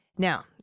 Now